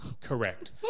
Correct